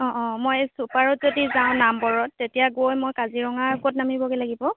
অঁ অঁ মই চুপাৰত যদি যাওঁ নামবৰত তেতিয়া গৈ মই কাজিৰঙাৰ ক'ত নামিবগৈ লাগিব